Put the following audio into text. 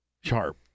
sharp